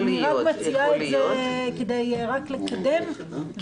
אני מציעה את זה רק כדי לקדם ולייעל את הדברים.